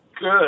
Good